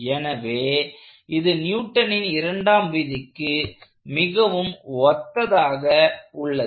எனவே இது நியூட்டனின் இரண்டாவது விதிக்கு மிகவும் ஒத்ததாக இருக்கிறது